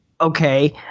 okay